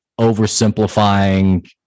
oversimplifying